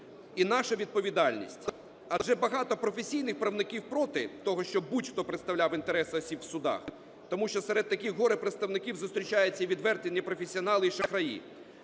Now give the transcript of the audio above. і наша відповідальність, адже багато професійних правників проти того, щоб будь-хто представляв інтереси осіб в судах, тому що серед таких горе-представників зустрічаються і відверті непрофесіонали, і шахраї.